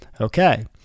Okay